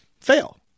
fail